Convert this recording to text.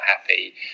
Happy